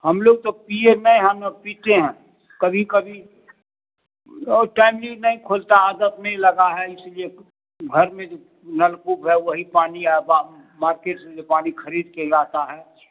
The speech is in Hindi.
हम लोग तो पीये नहीं हम लोग पीते हैं कभी कभी वह टाइमली नहीं खोलता है आदत नहीं लगा है इसीलिए घर में जो नलकूप है वही पानी आ बा मार्केट से पानी खरीद कर लाता है